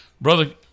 Brother